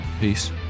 Peace